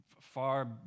far